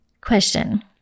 Question